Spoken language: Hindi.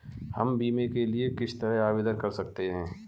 हम बीमे के लिए किस तरह आवेदन कर सकते हैं?